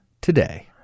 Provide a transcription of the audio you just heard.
today